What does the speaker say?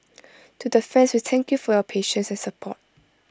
to the fans we thank you for your patience and support